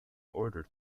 order